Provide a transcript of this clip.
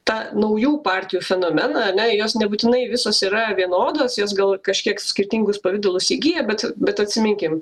tą naujų partijų fenomeną ane jos nebūtinai visos yra vienodos jos gal kažkiek skirtingus pavidalus įgyja bet bet atsiminkim